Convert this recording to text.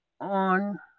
on